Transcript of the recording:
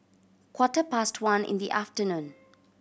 quarter past one in the afternoon